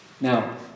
Now